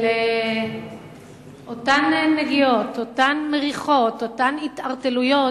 של אותן נגיעות, אותן מריחות, אותן התערטלויות,